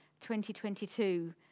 2022